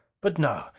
but no!